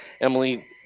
Emily